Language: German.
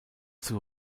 zum